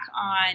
on